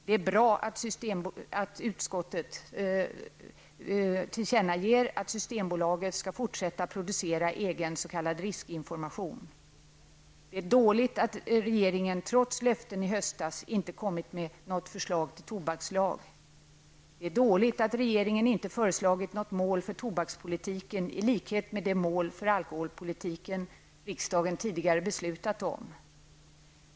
Det är bra att utskottet tillkännager att Det är dåligt att regeringen trots löften i höstas inte kommit med något förslag till tobakslag. Det är dåligt att regeringen inte föreslagit något mål för tobakspolitiken i likhet med det mål för alkoholpolitiken som riksdagen tidigare beslutat om.